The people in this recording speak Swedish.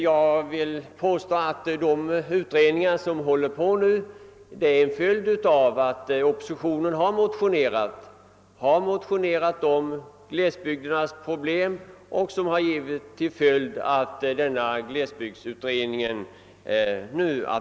Jag vill påstå att de utredningar som håller på nu är en följd av att oppositionen har motionerat bl.a. om glesbygdernas problem, vilket har lett till att man nu håller på med denna glesbygdsutredning.